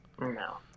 No